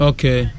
Okay